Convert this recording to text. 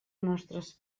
nostres